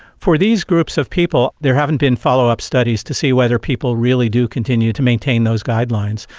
for these groups of people there haven't been follow-up studies to see whether people really do continue to maintain those guidelines.